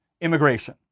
immigration